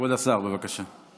כבוד השר, בבקשה.